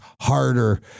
harder